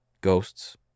ghosts